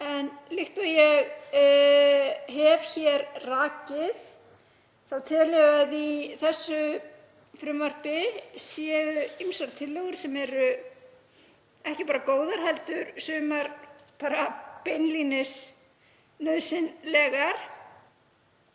Líkt og ég hef hér rakið þá tel ég að í þessu frumvarpi séu ýmsar tillögur sem eru ekki bara góður heldur sumar beinlínis nauðsynlegar